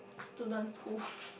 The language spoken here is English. student school